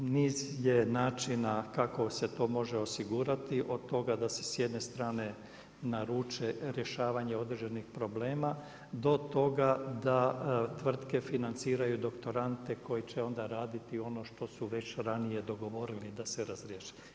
Niz je načina kako se to može osigurati od toga da se s jedne strane naruče rješavanje određenih problema do toga da tvrtke financiraju doktorande koji će onda raditi ono što su već ranije dogovorili da se razriješi.